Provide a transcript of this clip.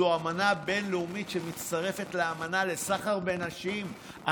זו אמנה בין-לאומית שמצטרפת לאמנה לסחר בנשים,